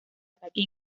ataque